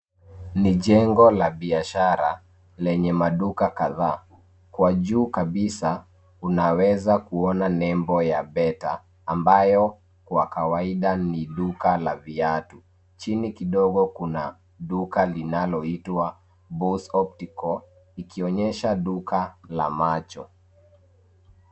Ni jengo la biashara, lenye maduka kadhaa. Kwa juu kabisa unaweza kuona nembo ya Bata ambayo kwa kawaida ni duka la viatu. Chini kidogo kuna duka linaloitwa Baus Optical ikionyesha duka la macho.